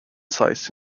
size